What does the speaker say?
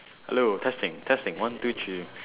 hello testing testing one two three